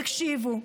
תקשיבו,